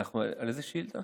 אנחנו חיים בעידן